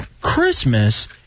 Christmas